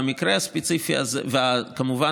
כמובן,